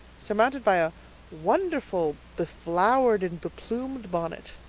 surmounted by a wonderful beflowered and beplumed bonnet.